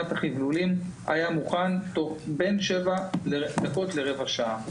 היה מוכן בין 7 דקות לרבע שעה.